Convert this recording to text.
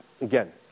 Again